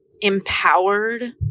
empowered